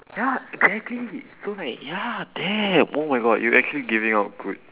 ya exactly so like ya damn oh my god you actually giving out good